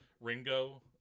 Ringo